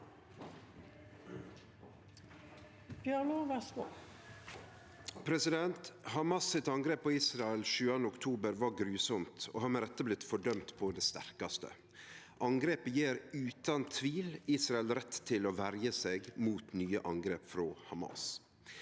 Hamas’ angrep på Israel 7. oktober var grufullt og har med rette blitt fordømt på det sterkaste. Angrepet gjev utan tvil Israel rett til å verje seg mot nye angrep frå Hamas,